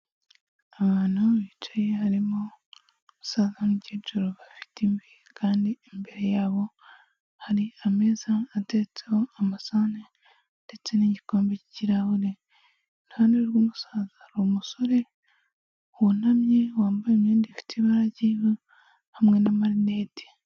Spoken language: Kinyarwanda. Abantu ban bicaye harimo usaza n'umukecuru bafite imvi kandi imbere yabo hari ameza atetseho amasahane ndetse n'igikombe kirahure, iruhande rw'umusaza hari umusore wunamye wambaye imyenda ifite ibara ry'ivu hamwe n'amarinete.